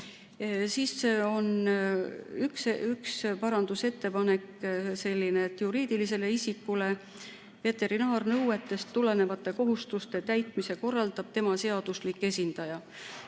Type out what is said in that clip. Siis on üks selline parandusettepanek, et juriidilisele isikule veterinaarnõuetest tulenevate kohustuste täitmise korraldab tema seaduslik esindaja.